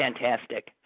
Fantastic